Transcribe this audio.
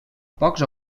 pocs